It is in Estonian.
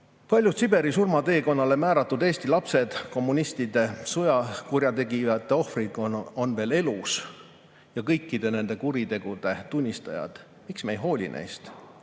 Paljud Siberi surmateekonnale määratud Eesti lapsed, kommunistide ja sõjakurjategijate ohvrid on veel elus ja kõikide nende kuritegude tunnistajad. Miks me ei hooli neist?